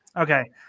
Okay